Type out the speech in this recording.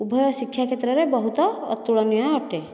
ଉଭୟ ଶିକ୍ଷା କ୍ଷେତ୍ରରେ ବହୁତ ଅତୁଳନୀୟ ଅଟେ